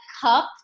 cup